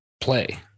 play